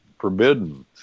forbidden